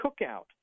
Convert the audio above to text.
cookout